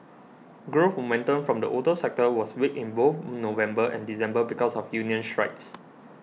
growth momentum from the auto sector was weak in both November and December because of union strikes